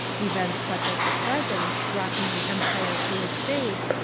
events such as the present, rocking the empire to its base,